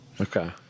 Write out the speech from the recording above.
Okay